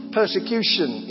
persecution